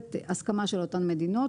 מתקבלת הסכמה של אותן מדינות,